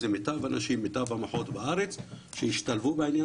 מיטב האנשים ומיטב המוחות בארץ שהשתלבו בעניין